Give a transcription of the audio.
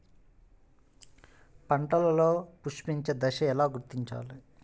పంటలలో పుష్పించే దశను ఎలా గుర్తించాలి?